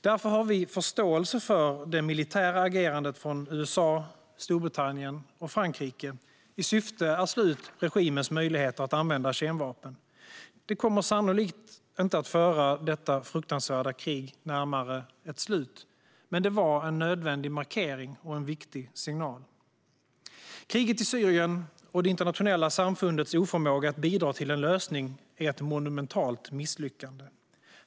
Därför har vi förståelse för det militära agerandet från USA, Storbritannien och Frankrike i syfte att slå ut regimens möjligheter att använda kemvapen. Det kommer sannolikt inte att föra detta fruktansvärda krig närmare ett slut, men det var en nödvändig markering och en viktig signal. Kriget i Syrien och det internationella samfundets oförmåga att bidra till en lösning är ett monumentalt misslyckande.